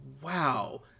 wow